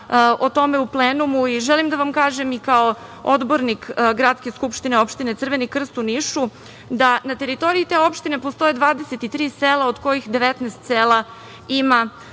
o tome u plenumu i želim da vam kažem kao odbornik Gradske SO u Nišu, Crveni krst, da na teritoriji te opštine postoje 23 sela od kojih 19 sela ima